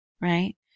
Right